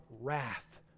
wrath